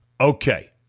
Okay